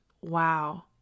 wow